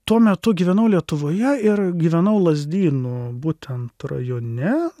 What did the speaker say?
tuo metu gyvenau lietuvoje ir gyvenau lazdynų būtent rajone